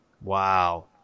Wow